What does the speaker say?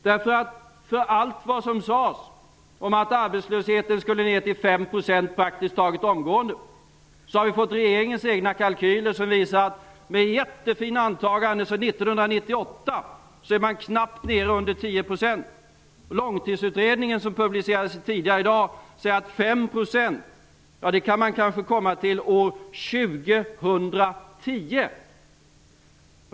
Det sades att arbetslösheten skulle ner till 5 % praktiskt taget omgående. Nu har vi fått regeringens egna kalkyler som visar att vi 1998 med jättefina antaganden ligger nästan nere under 10 %. Enligt Långtidsutredningen, som publicerades tidigare i dag, kan det bli aktuellt med 5 % först 2010.